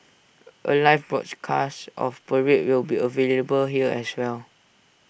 A live broadcast of parade will be available here as well